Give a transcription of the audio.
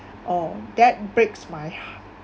oh that breaks my heart